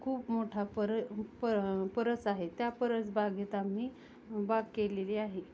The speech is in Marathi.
खूप मोठा पर पर परस आहे त्या परसबागेत आम्ही बाग केलेली आहे